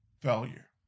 failure